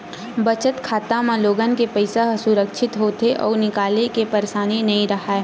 बचत खाता म लोगन के पइसा ह सुरक्छित होथे अउ निकाले के परसानी नइ राहय